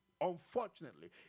Unfortunately